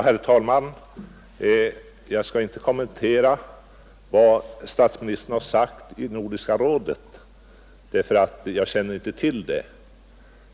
Herr talman! Jag skall inte kommentera vad statsministern har sagt i Nordiska rådet, eftersom jag inte känner till det.